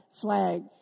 flag